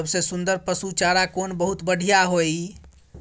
सबसे सुन्दर पसु चारा कोन बहुत बढियां होय इ?